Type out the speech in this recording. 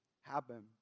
happen